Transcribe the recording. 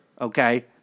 Okay